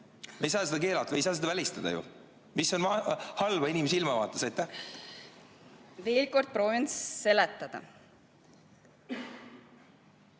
ei saa seda keelata, ei saa seda välistada. Mis on halba inimese ilmavaates? Veel kord proovin seletada.